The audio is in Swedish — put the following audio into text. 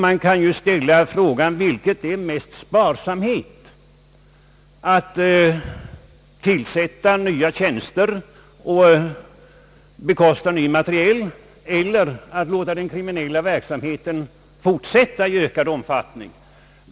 Man kan ställa frågan: Vilket är mest sparsamhet, att tillsätta nya tjänster och bekosta ny materiel eller att låta den kriminella verksamheten fortsätta i ökad omfattning?